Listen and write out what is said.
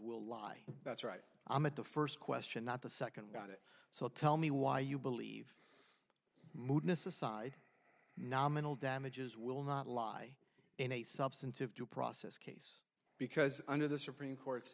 will lie that's right i'm at the first question not the second about it so tell me why you believe mootness aside nominal damages will not lie in a substantive due process k because under the supreme court